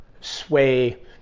sway